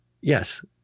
yes